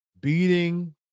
beating